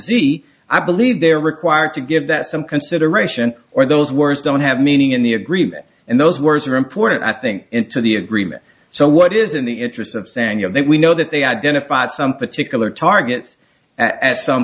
z i believe they're required to give that some consideration or those words don't have meaning in the agreement and those words are important i think into the agreement so what is in the interests of saniel that we know that they identified some particular targets at some